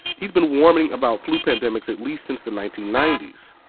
he's been warning about flu pandemics at least since the nineteen ninety s.